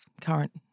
current